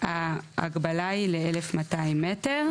ההגבלה היא ל-1,200 מטר.